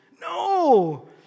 No